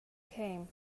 came